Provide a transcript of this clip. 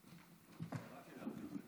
שוב אנחנו נפגשים.